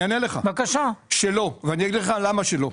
לא ואני אגיד למה לא.